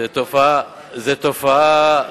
זו תופעה,